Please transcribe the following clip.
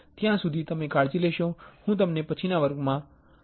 ત્યાં સુધી તમે કાળજી લેશો હું તમને પછીના વર્ગમાં જોઈશ